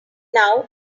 now